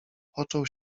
począł